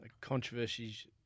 controversies